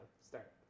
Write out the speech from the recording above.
start